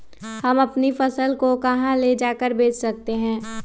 हम अपनी फसल को कहां ले जाकर बेच सकते हैं?